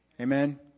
Amen